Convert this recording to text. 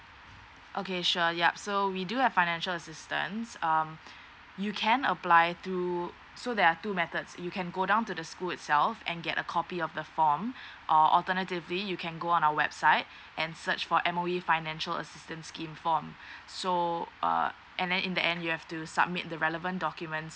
okay sure ya so we do have financial assistance um you can apply through so there are two methods you can go down to the school itself and get a copy of the form or alternatively you can go on our website and search for M_O_E financial assistance scheme form so uh and then in the end you have to submit the relevant documents